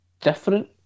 different